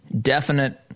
definite